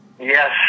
Yes